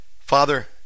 Father